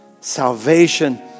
Salvation